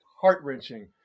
heart-wrenching